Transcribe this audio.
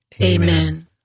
Amen